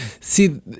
see